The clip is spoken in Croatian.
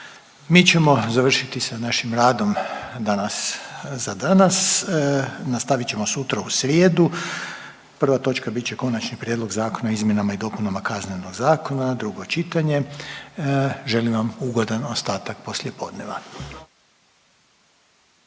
Mi ćemo završiti sa našim radom danas, za danas. Nastavit ćemo sutra u srijedu. Prva točka bit će Konačni prijedlog zakona o izmjenama i dopunama Kaznenog zakona, drugo čitanje. Želim vam ugodan ostatak poslijepodneva.